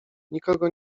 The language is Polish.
nikogo